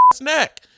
neck